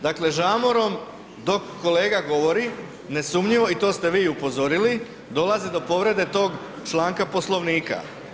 Dakle, žamorom dok kolega govori ne sumnjivo je i to ste vi upozorili dolazi do povrede tog članka Poslovnika.